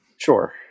Sure